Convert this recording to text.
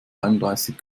einunddreißig